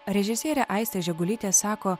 režisierė aiste žegulytė sako